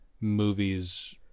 movies